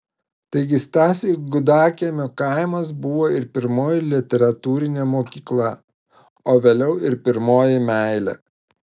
taigi stasiui gudakiemio kaimas buvo ir pirmoji literatūrinė mokykla o vėliau ir pirmoji meilė